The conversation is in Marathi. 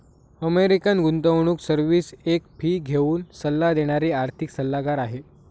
अमेरिकन गुंतवणूक सर्विस एक फी घेऊन सल्ला देणारी आर्थिक सल्लागार आहे